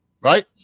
Right